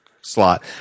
slot